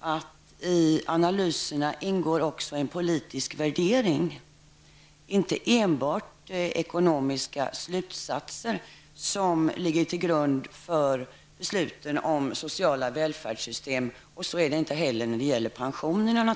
att i analyserna ingår också en politisk värdering. Det är inte enbart ekonomiska slutsatser som ligger till grund för besluten om sociala välfärdssystem, och det är det naturligtvis inte heller när det gäller pensionerna.